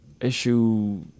issue